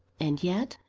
and yet,